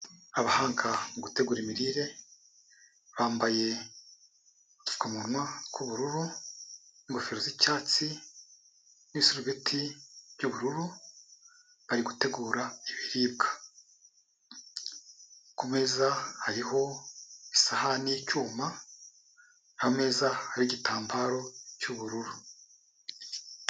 Abahanga mu gutegura imirire bambaye udupfukamunwa tw'ubururu n'ingofero z'icyatsi n'isurubeti y'ubururu bari gutegura ibiribwa. Ku meza hariho isahani y'icyuma, hameza hariho igitambaro cy'ubururu.